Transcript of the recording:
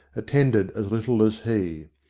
attended as little as he.